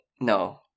No